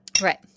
right